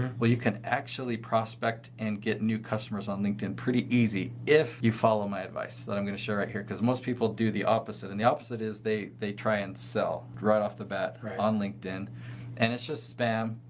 well, you can actually prospect and get new customers on linkedin pretty easy if you follow my advice that i'm going to show right here. because most people do the opposite and the opposite is they they try and sell right off the bat on linkedin and it's just spam,